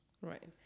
Right